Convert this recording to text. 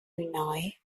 nói